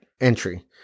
entry